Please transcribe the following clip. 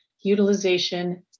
utilization